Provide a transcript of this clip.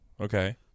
Okay